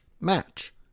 match